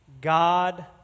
God